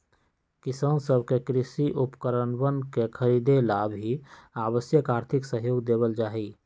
किसान सब के कृषि उपकरणवन के खरीदे ला भी आवश्यक आर्थिक सहयोग देवल जाहई